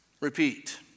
repeat